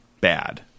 bad